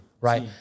right